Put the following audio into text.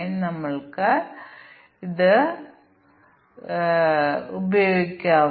ഇതിനായി വ്യത്യസ്ത എണ്ണം ടെസ്റ്റ് കേസുകൾ സൃഷ്ടിക്കുക